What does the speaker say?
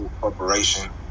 corporation